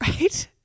right